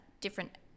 different